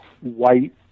white